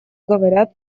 говорят